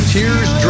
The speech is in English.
Tears